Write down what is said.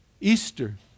Easter